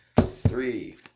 Three